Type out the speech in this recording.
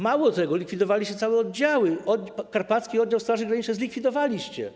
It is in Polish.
Mało tego, likwidowaliście całe oddziały, Karpacki Oddział Straży Granicznej zlikwidowaliście.